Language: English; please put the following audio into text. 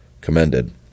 commended